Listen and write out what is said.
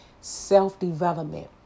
self-development